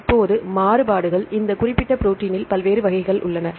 இப்போது மாறுபாடுகள் இந்த குறிப்பிட்ட ப்ரோடீனில் பல்வேறு வகைகள் உள்ளன